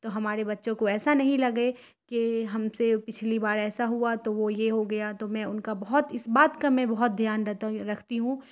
تو ہمارے بچوں کو ایسا نہیں لگے کہ ہم سے پچھلی بار ایسا ہوا تو وہ یہ ہو گیا تو میں ان کا بہت اس بات کا میں بہت دھیان رہتا ہوں رکھتی ہوں